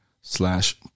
slash